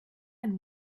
ein